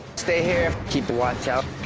stay here. keep a watch out.